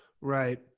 Right